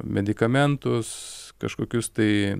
medikamentus kažkokius tai